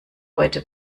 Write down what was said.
heute